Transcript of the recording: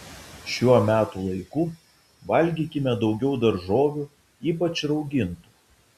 šiuo metų laiku valgykime daugiau daržovių ypač raugintų